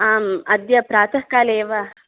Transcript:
आम् अद्य प्रातःकाले एव